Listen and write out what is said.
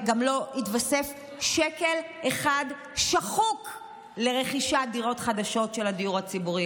גם לא התווסף שקל אחד שחוק לרכישת דירות חדשות של הדיור הציבורי,